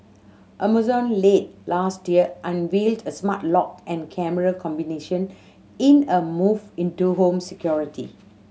Amazon late last year unveiled a smart lock and camera combination in a move into home security